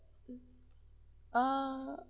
err